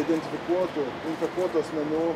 identifikuotų infekuotų asmenų